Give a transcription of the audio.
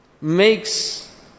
makes